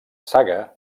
saga